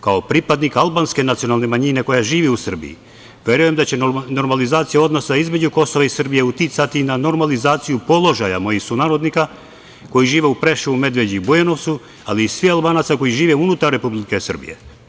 Kao pripadnik albanske nacionalne manjine koja živi u Srbiji, verujem da će normalizacija odnosa između Kosova i Srbije uticati na normalizaciju položaja mojih sunarodnika koji žive u Preševu, Medveđi i Bujanovcu, ali i svih Albanaca koji žive unutar Republike Srbije.